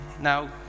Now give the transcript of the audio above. Now